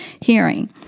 hearing